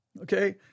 Okay